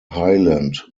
highland